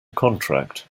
contract